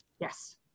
Yes